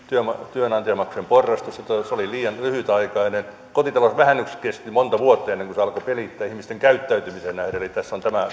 työnantajamaksujen porrastus niin se oli liian lyhytaikainen kesti monta vuotta ennen kuin kotitalousvähennys alkoi pelittää ihmisten käyttäytymiseen nähden eli tässä on tämä